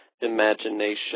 Imagination